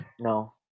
No